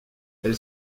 elle